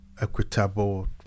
equitable